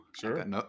Sure